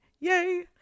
Yay